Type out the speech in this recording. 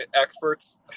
experts